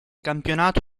campionato